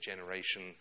generation